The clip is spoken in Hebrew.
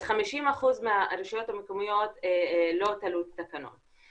אז 50% מהרשויות המקומיות לא תלו את התקנון.